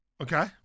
Okay